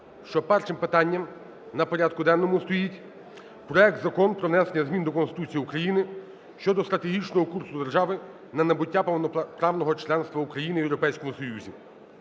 першим питанням на порядку денному стоїть проект Закону про внесення змін до Конституції України (щодо стратегічного курсу держави на набуття повноправного членства України в Європейському Союзі).